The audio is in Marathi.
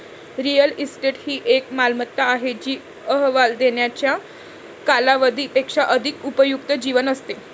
रिअल इस्टेट ही एक मालमत्ता आहे जी अहवाल देण्याच्या कालावधी पेक्षा अधिक उपयुक्त जीवन असते